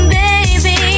baby